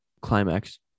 climax